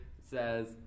says